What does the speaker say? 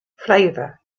flavour